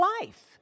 life